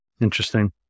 interesting